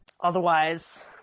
Otherwise